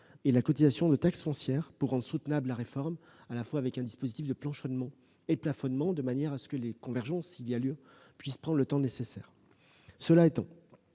et la cotisation de taxe foncière pour rendre soutenable la réforme, avec un dispositif de planchonnement et de plafonnement, de telle manière que les convergences, s'il y a lieu, puissent prendre le temps nécessaire. Cela étant,